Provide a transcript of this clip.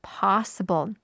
possible